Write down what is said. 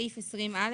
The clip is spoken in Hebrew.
20א,